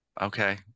okay